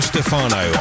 Stefano